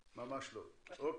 אוקיי.